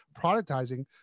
productizing